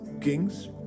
kings